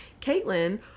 Caitlin